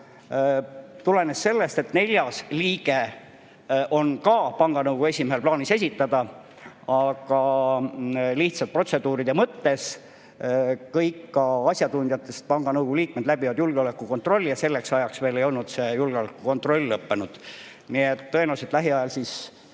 tulenes sellest, et ka neljas liige on panga nõukogu esimehel plaanis esitada, aga protseduuri mõttes kõik asjatundjatest panga nõukogu liikmed läbivad julgeolekukontrolli ja selleks ajaks ei olnud see julgeolekukontroll lõppenud. Nii et tõenäoliselt lähiajal Eesti